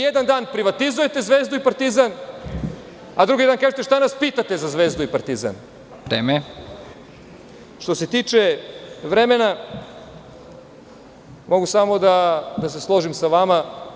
Jedan dan privatizujete Zvezdu i Partizan, a drugi dan kažete šta nas pitate za Zvezdu i Partizan? (Predsednik: Vreme.) Što se tiče vremena mogu samo da se složim sa vama.